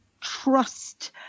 trust